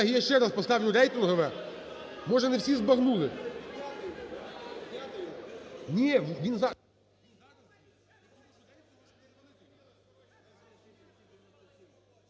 я ще раз поставлю рейтингове, може не всі збагнули.